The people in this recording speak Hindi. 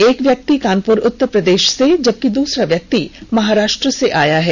एक व्यक्ति कानपुर उत्त ा र प्रदेश से जबकि दूसरा व्यक्ति महाराष्ट्र से आया है